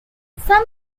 some